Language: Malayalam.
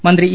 മന്ത്രി ഇ